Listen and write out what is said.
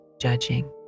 judging